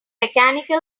mechanical